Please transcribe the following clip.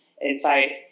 inside